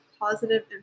positive